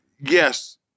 Yes